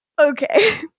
Okay